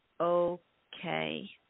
okay